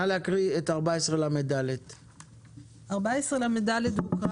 נא להקריא את סעיף 14לד. סעיף 14לד הוקרא